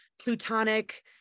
plutonic